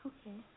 Okay